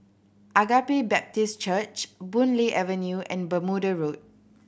Agape Baptist Church Boon Lay Avenue and Bermuda Road